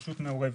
לרשות מעורבת.